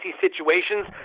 situations